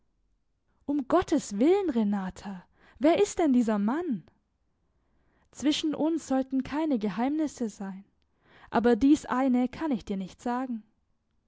um gottes willen renata wer ist denn dieser mann zwischen uns sollten keine geheimnisse sein aber dies eine kann ich dir nicht sagen